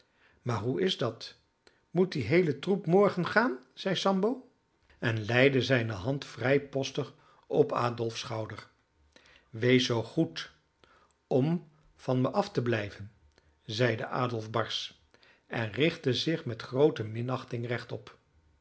maar hoe is dat moet die heele troep morgen gaan zeide sambo en leide zijne hand vrijpostig op adolfs schouder wees zoo goed om van me af te blijven zeide adolf barsch en richtte zich met groote minachting rechtop